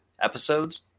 episodes